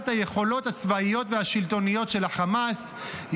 היכולות הצבאיות והשלטוניות של החמאס,